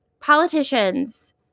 politicians